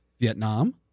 Vietnam